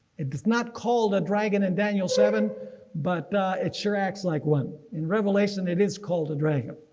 it is not called a dragon and daniel seven but it sure acts like one in revelation. it is called a dragon.